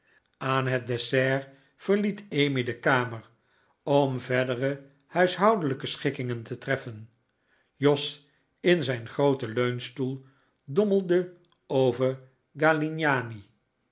aan het dessert verliet emmy de kamer bm verdere huishoudelijke schikkingen te treffen jos in zijn grooten leunstoel dommelde over